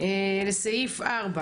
הסעיף אושר.